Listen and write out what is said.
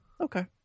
Okay